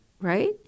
right